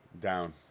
down